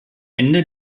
ende